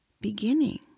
beginning